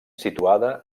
situada